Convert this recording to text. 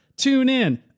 TuneIn